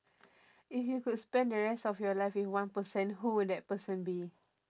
if you could spend the rest of your life with one person who would that person be